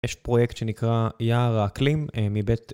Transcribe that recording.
יש פרוייקט שנקרא יער האקלים מבית...